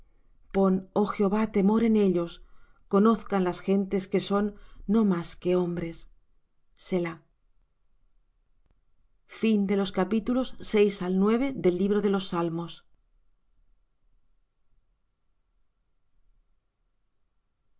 pon oh jehová temor en ellos conozcan las gentes que son no más que hombres